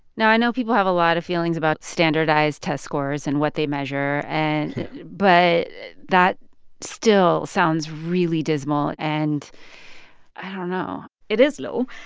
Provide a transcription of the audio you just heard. now, i know people have a lot of feelings about standardized test scores and what they measure. and but that still sounds really dismal, and i don't know it is low.